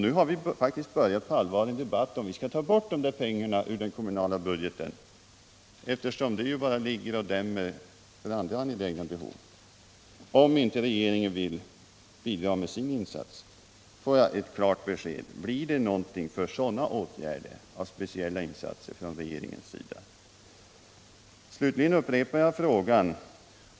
Nu har vi faktiskt på allvar börjat en debatt om vi skall ta bort de pengarna ur den kommunala budgeten, eftersom de bara ligger och hindrar andra angelägna behov, om inte regeringen vill bidra med sin insats. Får jag ett klart besked: Blir det några speciella insatser från regeringens sida för sådana åtgärder? Slutligen upprepar jag frågan.